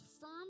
firm